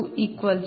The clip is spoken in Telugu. మరియు dP1d20